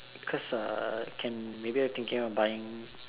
because uh can maybe I'm thinking of buying